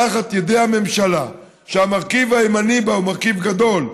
תחת ידי הממשלה שהמרכיב הימני בה הוא מרכיב גדול,